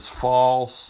false